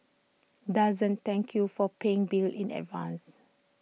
doesn't thank you for paying bills in advance